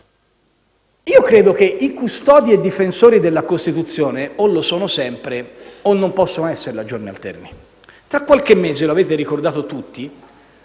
Credo che i custodi e difensori della Costituzione o lo sono sempre o non possono esserlo a giorni alterni. Tra qualche mese (lo avete ricordato tutti)